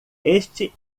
este